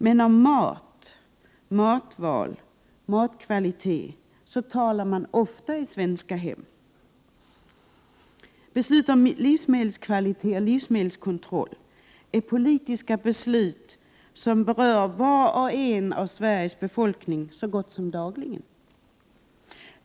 Men man talar ofta i svenska hem om mat, matval och matkvalitet. Beslut om livsmedelskvalitet och livsmedelskontroll är politiska beslut som berör hela Sveriges befolkning så gott som dagligen.